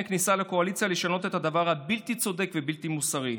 הכניסה לקואליציה לשנות את הדבר הבלתי-צודק והבלתי-מוסרי הזה.